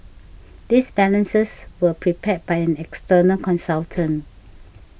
these balances were prepared by an external consultant